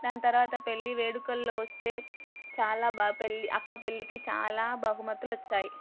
దాని తరువాత పెళ్ళి వేడుకల్లో వస్తే చాలా బాగా అక్క పెళ్ళికి చాలా బహుమతులు వచ్చాయి